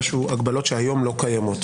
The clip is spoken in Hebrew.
בהגבלות שהיום לא קיימות,